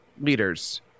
leaders